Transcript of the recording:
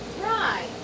Right